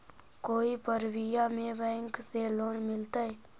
कोई परबिया में बैंक से लोन मिलतय?